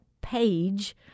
page